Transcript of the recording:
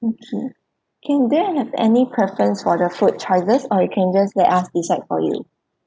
okay can do you have any preference for the food choices or you can just let us decide for you